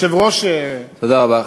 היושב-ראש, תודה רבה.